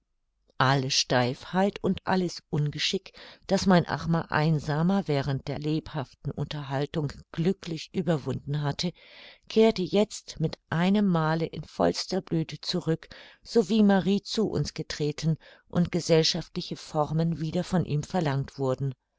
alle steifheit und alles ungeschick das mein armer einsamer während der lebhaften unterhaltung glücklich überwunden hatte kehrte jetzt mit einem male in vollster blüthe zurück sowie marie zu uns getreten und gesellschaftliche formen wieder von ihm verlangt wurden